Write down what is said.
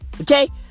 Okay